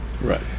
Right